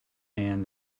hand